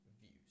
views